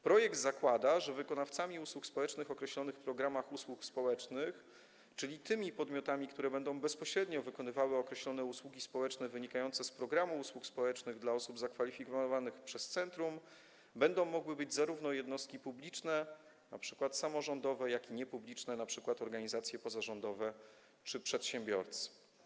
Projekt zakłada, że wykonawcami usług społecznych w ramach określonych programów usług społecznych, czyli tymi podmiotami, które będą bezpośrednio wykonywały określone usługi społeczne wynikające z programu usług społecznych dla osób zakwalifikowanych przez centrum, będą mogły być zarówno jednostki publiczne, np. samorządowe, jak i niepubliczne, np. organizacje pozarządowe czy przedsiębiorcy.